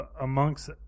amongst